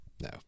no